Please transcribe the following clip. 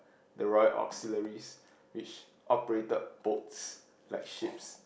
the Royal Auxiliaries which operated boats like ships